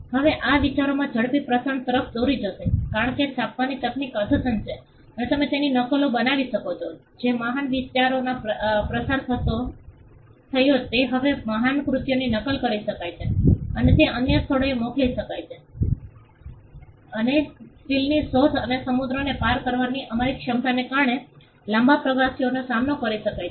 હવે આ વિચારોના ઝડપી પ્રસાર તરફ દોરી જશે કારણ કે છાપવાની તકનીક અદ્યતન છે અને તમે તેની નકલો બનાવી શકો છો જે મહાન વિચારોનો પ્રસાર થયો તે હવે મહાન કૃતિઓની નકલ કરી શકાય છે અને તેને અન્ય સ્થળોએ મોકલી શકાય છે અને સ્ટીલની શોધ અને સમુદ્રને પાર કરવાની અમારી ક્ષમતાને કારણે લાંબા પ્રવાસીઓનો સામનો કરી શકે છે